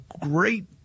great –